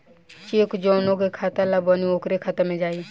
check जौना के खाता ला बनी ओकरे खाता मे जाई